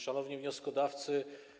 Szanowni Wnioskodawcy!